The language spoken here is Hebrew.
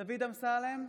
דוד אמסלם,